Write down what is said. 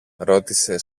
ρώτησε